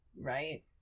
Right